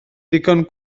digon